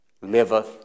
liveth